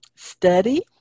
Study